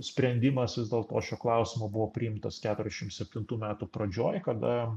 sprendimas vis dėlto šio klausimo buvo priimtas keturiašim septintų metų pradžioj kada